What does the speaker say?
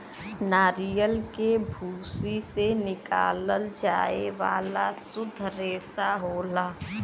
नरियल के भूसी से निकालल जाये वाला सुद्ध रेसा होला